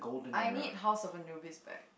I need House-of-Anubis back